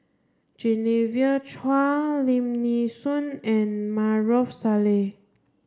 Genevieve Chua Lim Nee Soon and Maarof Salleh